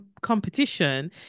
competition